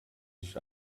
nicht